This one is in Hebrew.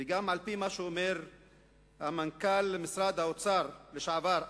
וגם על-פי מה שאומר מנכ"ל משרד האוצר לשעבר,